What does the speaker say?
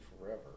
forever